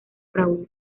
fraude